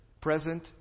Present